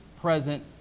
present